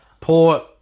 Poor